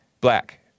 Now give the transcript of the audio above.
Black